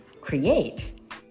create